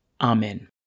Amen